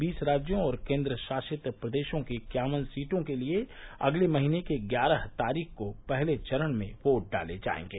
बीस राज्यों और केंद्र शासित प्रदेशों की इक्यावन सीटों के लिए अगले महीने की ग्यारह तारीख को पहले चरण में वोट डाले जाएंगे